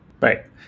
Right